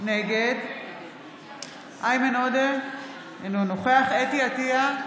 נגד איימן עודה, אינו נוכח חוה אתי עטייה,